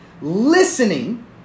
listening